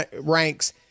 ranks